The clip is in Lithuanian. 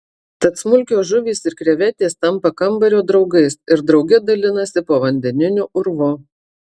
tad smulkios žuvys ir krevetės tampa kambario draugais ir drauge dalinasi povandeniniu urvu